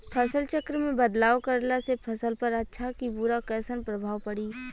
फसल चक्र मे बदलाव करला से फसल पर अच्छा की बुरा कैसन प्रभाव पड़ी?